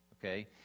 Okay